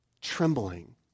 trembling